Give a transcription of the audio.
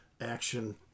action